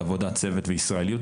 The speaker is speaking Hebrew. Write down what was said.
עבודת צוות וישראליות,